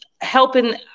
helping